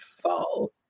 fall